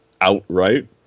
outright